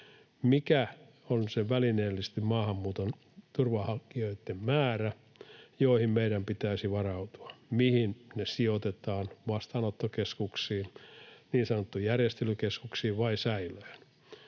Mikä on se välineellistetyn maahanmuuton turvanhakijoitten määrä, johon meidän pitäisi varautua? Mihin heidät sijoitetaan: vastaanottokeskuksiin, niin sanottuihin järjestelykeskuksiin vai säilöön?